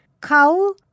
Kau